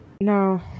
No